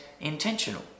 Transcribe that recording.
intentional